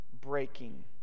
breaking